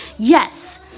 Yes